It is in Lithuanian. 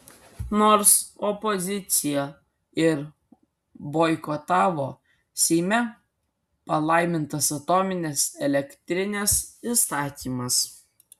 nors opozicija ir boikotavo seime palaimintas atominės elektrinės įstatymas